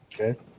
okay